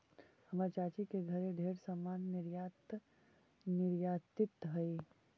हमर चाची के घरे ढेर समान निर्यातित हई